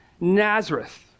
Nazareth